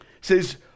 says